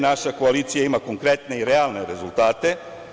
Naša koalicija ima konkretne i realne rezultate.